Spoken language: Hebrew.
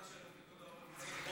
התמונה שפיקוד העורף הציג פה,